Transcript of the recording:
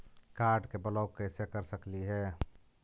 Card के block कैसे कर सकली हे?